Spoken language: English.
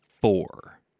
four